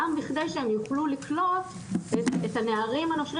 גם בכדי שהם יוכלו לקלוט את הנערים הנושרים